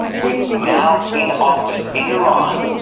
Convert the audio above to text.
who is now in office in iran